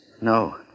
No